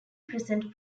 present